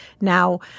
Now